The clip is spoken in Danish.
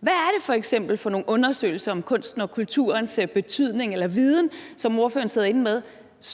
Hvad er det f.eks. for nogle undersøgelser om kunsten og kulturens betydning eller viden, som ordføreren sidder inde med,